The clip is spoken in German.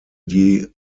die